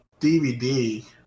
DVD